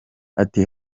ati